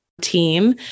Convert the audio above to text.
team